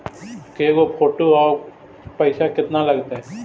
के गो फोटो औ पैसा केतना लगतै?